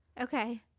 okay